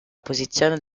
posizione